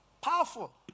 Powerful